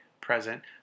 present